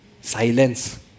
Silence